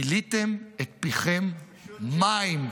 מילאתם את פיכם מים.